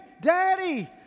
Daddy